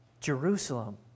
Jerusalem